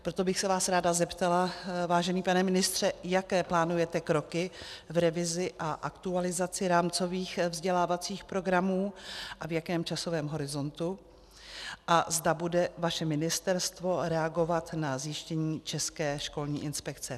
Proto bych se vás ráda zeptala, vážený pane ministře, jaké plánujete kroky v revizi a aktualizaci rámcových vzdělávacích programů a v jakém časovém horizontu a zda bude vaše ministerstvo reagovat na zjištění České školní inspekce.